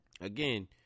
again